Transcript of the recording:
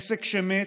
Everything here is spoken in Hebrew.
עסק שמת,